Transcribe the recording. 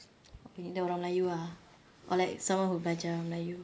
orang melayu ah or like someone who belajar melayu